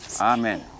Amen